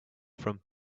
from